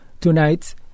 Tonight